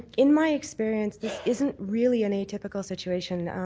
in my experience this isn't really an atypical situation.